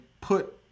put